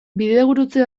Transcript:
bidegurutze